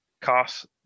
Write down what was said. cost